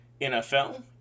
NFL